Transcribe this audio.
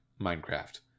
Minecraft